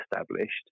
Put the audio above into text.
established